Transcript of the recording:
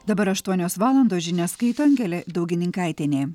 dabar aštuonios valandos žinias skaito angelė daugininkaitienė